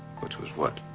which was what?